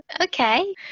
Okay